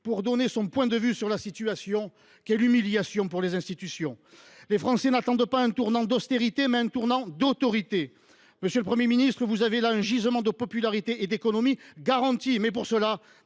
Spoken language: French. pour donner son point de vue sur la situation : l’humiliation est complète pour les institutions ! Les Français n’attendent pas un tournant d’austérité, mais un tournant d’autorité. Monsieur le Premier ministre, vous avez là un gisement de popularité et d’économie garanti. Mais pour cela,